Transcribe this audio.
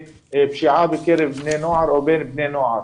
ופשיעה בקרב בני נוער או בין בני נוער.